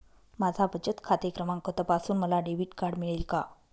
माझा बचत खाते क्रमांक तपासून मला डेबिट कार्ड मिळेल का?